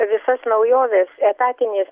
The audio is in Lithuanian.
visas naujoves etatinis